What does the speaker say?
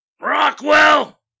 Rockwell